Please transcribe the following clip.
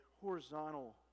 horizontal